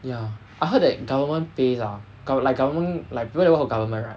ya I heard that government pays ah got like government like because a lot government of right